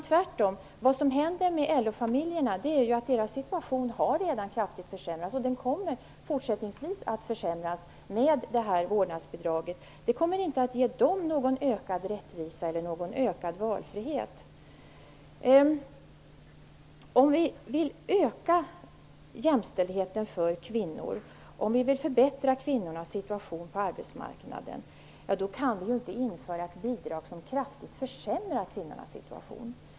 Tvärtom har LO-familjernas situation redan kraftigt försämrats och den kommer fortsättningsvis att försämras med det här vårdnadsbidraget. Det kommer inte att ge dem någon ökad rättvisa eller någon ökad valfrihet. Om vi vill öka jämställdheten för kvinnor, om vi vill förbättra kvinnornas situation på arbetsmarknaden, kan vi inte införa ett bidrag som kraftigt försämrar kvinnornas situation.